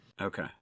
Okay